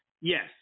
Yes